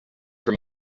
for